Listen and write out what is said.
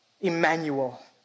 Emmanuel